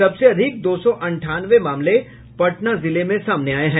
सबसे अधिक दो सौ अंठानवे मामले पटना से सामने आये हैं